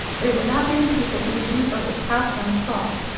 there were not many people eating, for it was past one o'clock.